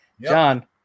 John